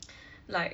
like